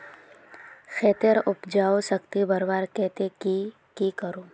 खेतेर उपजाऊ शक्ति बढ़वार केते की की करूम?